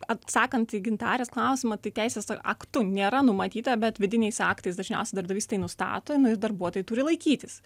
atsakant į gintarės klausimą tai teisės aktu nėra numatyta bet vidiniais aktais dažniausiai darbdavys tai nustato nu ir darbuotojai turi laikytis